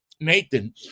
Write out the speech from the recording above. Nathan